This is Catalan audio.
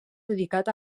dedicat